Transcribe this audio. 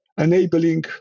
enabling